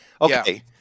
okay